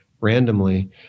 randomly